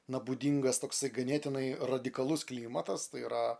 na būdingas toks ganėtinai radikalus klimatas tai yra